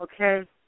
Okay